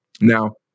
now